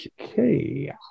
okay